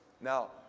Now